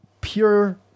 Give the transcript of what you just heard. Pure